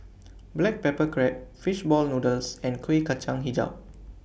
Black Pepper Crab Fish Ball Noodles and Kuih Kacang Hijau